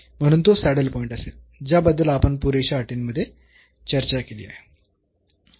म्हणून तो saddle point असेल ज्याबद्दल आपण पुरेशा अटींमध्ये चर्चा केली आहे